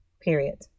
period